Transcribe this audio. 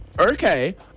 okay